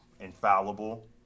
infallible